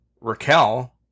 Raquel